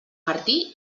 martí